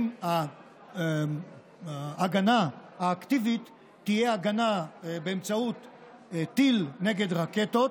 אם ההגנה האקטיבית תהיה הגנה באמצעות טיל נגד רקטות